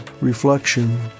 Reflection